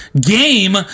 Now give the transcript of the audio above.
Game